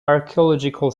archaeological